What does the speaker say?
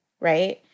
Right